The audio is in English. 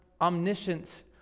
omniscience